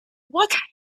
what